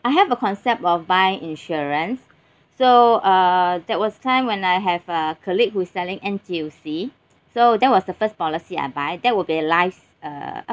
I have a concept of buy insurance so uh that was time when I have a colleague who's selling N_T_U_C so that was the first policy I buy that will be life's uh